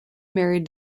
married